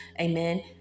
amen